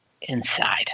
inside